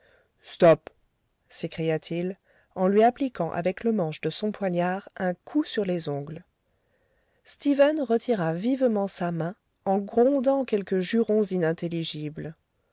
stop s'écria-t-il en lui appliquant avec le manche de son poignard un coup sur les ongles stephen retira vivement sa main en grondant quelques jurons inintelligibles